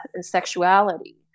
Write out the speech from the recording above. sexuality